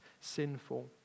sinful